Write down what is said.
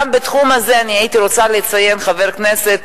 גם בתחום הזה אני הייתי רוצה לציין את חבר הכנסת,